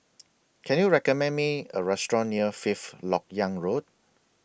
Can YOU recommend Me A Restaurant near Fifth Lok Yang Road